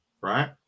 right